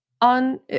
on